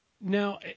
Now